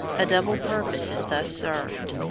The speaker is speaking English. a double purpose is thus served.